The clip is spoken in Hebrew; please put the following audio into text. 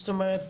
זאת אומרת,